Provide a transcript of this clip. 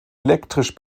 elektrisch